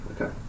Okay